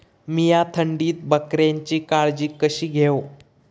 मीया थंडीत बकऱ्यांची काळजी कशी घेव?